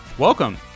Welcome